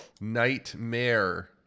nightmare